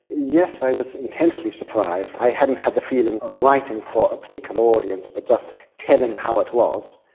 yes, i was intensely surprised. i hadn't had the feeling of writing for a particular audience but just telling how it was,